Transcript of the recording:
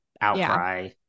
outcry